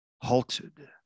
halted